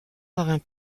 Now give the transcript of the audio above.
marins